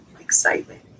excitement